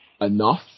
enough